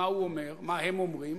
מה הוא אומר, מה הם אומרים?